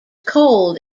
cold